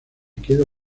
quedo